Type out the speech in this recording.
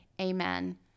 Amen